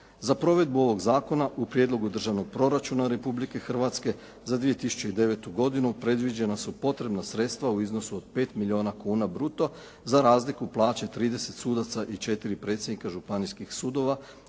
Za provedbu ovog zakona u prijedlogu državnog proračuna Republike Hrvatske za 2009. godinu predviđena su potrebna sredstva u iznosu od 5 milijuna kuna bruto, za razliku plaće 30 sudaca i 4 predsjednika županijskih sudova